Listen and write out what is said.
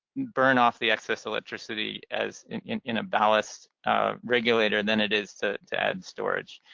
burn off the excess electricity as in a ballast regulator than it is to to add storage.